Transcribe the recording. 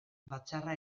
batzarra